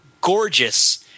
gorgeous –